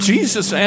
Jesus